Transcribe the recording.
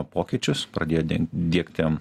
pokyčius pradėjo deng diegti